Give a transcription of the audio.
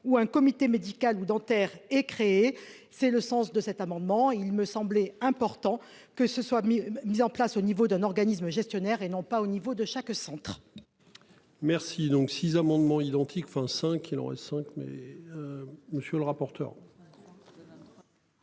où un comité médical ou dentaire et créer. C'est le sens de cet amendement il me semblait important que ce soit mis en place au niveau d'un organisme gestionnaire et non pas au niveau de chaque centre. Merci donc 6 amendements identiques, enfin 5 il reste 5 mai. Monsieur le rapporteur.